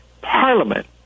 Parliament